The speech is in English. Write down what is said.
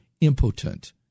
impotent